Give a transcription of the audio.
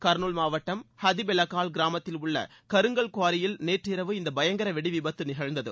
கர்னூல் மாவட்டம் ஹதிபெலகால் கிராமத்தில் உள்ள கருங்கல் குவாரியில் நேற்று இரவு இந்த பயங்கர வெடி விபத்து நிகழ்ந்தது